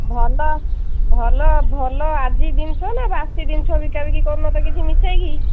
ଭଲ ଭଲ ଭଲ ଆଜି ଜିନିଷ ନା ବାସି ଜିନିଷ ବିକା ବିକି କରୁନ ତ କିଛି ମିଶେଇକି